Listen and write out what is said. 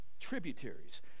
tributaries